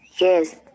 Yes